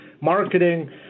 marketing